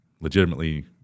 legitimately